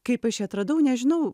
kaip aš jį atradau nežinau